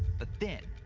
but then.